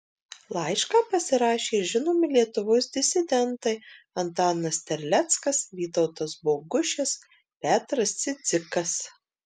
laišką pasirašė ir žinomi lietuvos disidentai antanas terleckas vytautas bogušis petras cidzikas